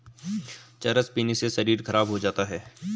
चरस पीने से शरीर खराब हो जाता है